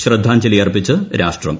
ശ്രദ്ധാഞ്ജലി അർപ്പിച്ച് രാഷ്ട്രം